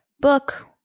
book